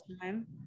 time